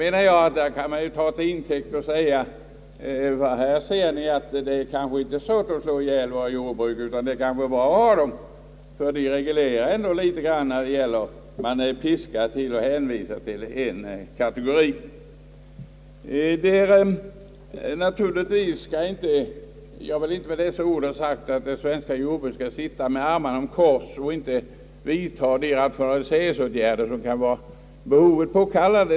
Detta kan tas till intäkt för att säga: Här ser ni att det kanske inte är så lyckligt att slå ihjäl våra jordbruk; de är kanske bra att ha eftersom de ändå åstadkommer en reglering av priser på ett annat sätt än när man är piskad att vara hänvisad till en kategori. Jag vill inte med dessa ord ha sagt att de svenska jordbrukarna skall sitta med armarna i kors och inte vidta de rationaliseringsåtgärder som kan vara av behovet påkallade.